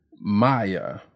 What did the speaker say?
Maya